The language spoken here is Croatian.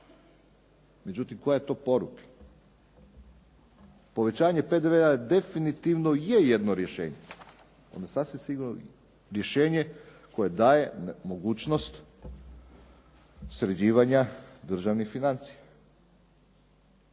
Međutim koja je to poruka. Povećanje PDV-a je definitivno je jedno rješenje, ono je sasvim sigurno rješenje koje daje mogućnost sređivanja državnih financija.